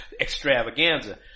extravaganza